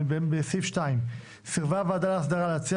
אני בסעיף 2. "סירבה הוועדה להסדרה להציע